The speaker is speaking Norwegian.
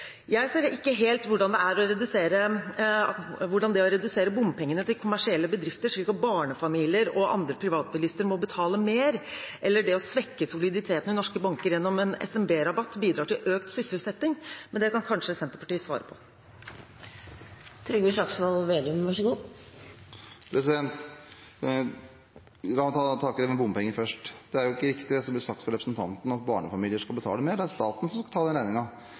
Jeg ser ikke helt hvordan det å redusere bompengesatsene for kommersielle bedrifter – slik at barnefamilier og andre privatbilister må betale mer – eller det å svekke soliditeten i norske banker gjennom en SMB-rabatt bidrar til økt sysselsetting, men det kan kanskje Senterpartiet svare på. La meg ta tak i det med bompenger først. Det er ikke riktig, det som ble sagt av representanten, at barnefamilier skal betale mer. Det er staten som skal betale den